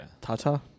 Tata